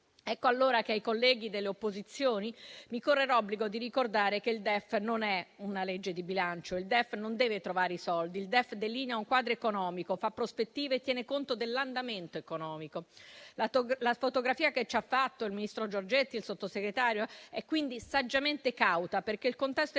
nostro esame. Ai colleghi delle opposizioni mi corre l'obbligo di ricordare che il DEF non è una legge di bilancio, il DEF non deve trovare i soldi. Il DEF delinea un quadro economico, fa prospettive e tiene conto dell'andamento economico. La fotografia che ci ha fatto il ministro Giorgetti è quindi saggiamente cauta, perché il contesto economico